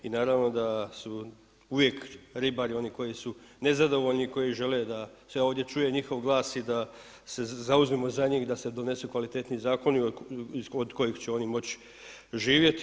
I naravno da su uvijek ribari oni koji su nezadovoljni, oni koji žele da se ovdje čuje njihov glas i da se zauzmemo za njih da se donesu kvalitetniji zakoni od kojih će oni moći živjeti.